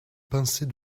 pincée